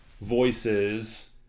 voices